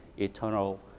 eternal